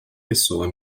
pessoa